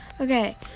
Okay